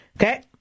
okay